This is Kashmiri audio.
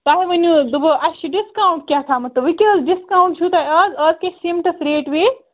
تۄہہِ ونیو حظ دوٚپوُ اَسہِ چھِ ڈِسکاوُنٛٹ کیٛاہ تھامَتھ تہٕ وۄنۍ کیٛاہ حظ ڈِسکاوُنٛٹ چھُو تۄہہِ آز آز کیٛاہ چھِ سیٖمٹَس ریٹ ویٹ